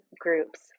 groups